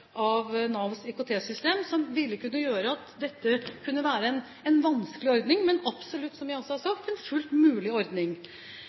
Navs IKT-system, og at dette kunne være en vanskelig ordning, men absolutt, som jeg også har